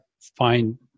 find